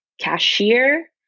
cashier